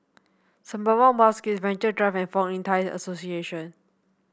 Sembawang Wharves Gate Venture Drive and Fong Yun Thai Association